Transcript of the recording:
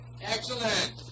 Excellent